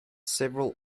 several